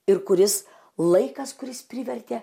ir kuris laikas kuris privertė